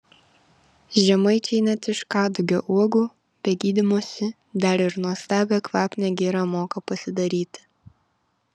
žemaičiai net iš kadugio uogų be gydymosi dar ir nuostabią kvapnią girą moką pasidaryti